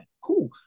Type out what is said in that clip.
cool